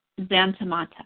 Zantamata